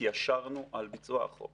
התיישרנו על ביצוע החוק